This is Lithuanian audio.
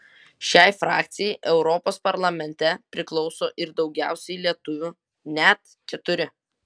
šiai frakcijai europos parlamente priklauso ir daugiausiai lietuvių net keturi